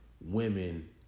women